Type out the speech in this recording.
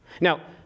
Now